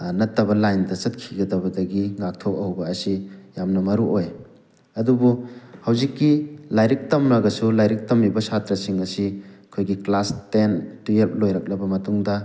ꯅꯠꯇꯕ ꯂꯥꯏꯟꯗ ꯆꯠꯈꯤꯒꯗꯕꯗꯒꯤ ꯉꯥꯛꯊꯣꯛꯍꯧꯕ ꯑꯁꯤ ꯌꯥꯝꯅ ꯃꯔꯨ ꯑꯣꯏ ꯑꯗꯨꯕꯨ ꯍꯧꯖꯤꯛꯀꯤ ꯂꯥꯏꯔꯤꯛ ꯇꯝꯃꯒꯁꯨ ꯂꯥꯏꯔꯤꯛ ꯇꯝꯃꯤꯕ ꯁꯥꯇ꯭ꯔꯁꯤꯡ ꯑꯁꯤ ꯑꯩꯈꯣꯏꯒꯤ ꯀ꯭ꯂꯥꯁ ꯇꯦꯟ ꯇꯨꯌꯦꯜꯕ ꯂꯣꯏꯔꯛꯂꯕ ꯃꯇꯨꯡꯗ